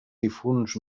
difunts